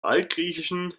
altgriechischen